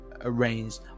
arranged